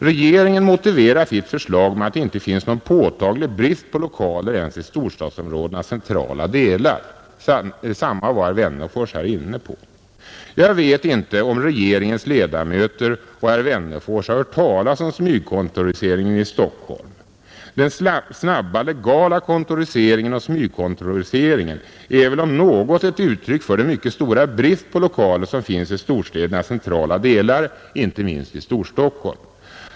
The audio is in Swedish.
Regeringen motiverar sitt förslag med att det inte finns någon påtaglig brist på lokaler ens i storstadsområdenas centrala delar. Detsamma var herr Wennerfors här inne på. Jag vet inte om regeringens ledamöter och herr Wennerfors har hört talas om smygkontoriseringen i Stockholm. Den snabba legala kontoriseringen och smygkontoriseringen är väl om något ett uttryck för den mycket stora brist på lokaler som finns i storstädernas centrala delar, inte minst i Storstockholm.